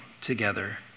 together